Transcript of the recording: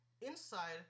Inside